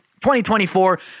2024